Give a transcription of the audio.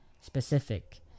specific